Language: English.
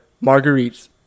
Marguerite's